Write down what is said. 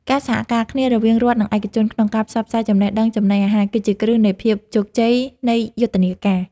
ការសហការគ្នារវាងរដ្ឋនិងឯកជនក្នុងការផ្សព្វផ្សាយចំណេះដឹងចំណីអាហារ គឺជាគន្លឹះនៃភាពជោគជ័យនៃយុទ្ធនាការ។